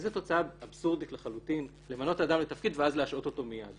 זאת תוצאה אבסורדית לחלוטין למנות אדם לתפקיד ואז להשעות אותו מיד.